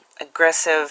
aggressive